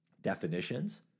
definitions